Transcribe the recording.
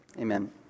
amen